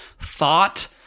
thought